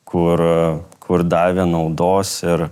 kur kur davė naudos ir